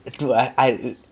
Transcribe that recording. dude I I